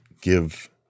give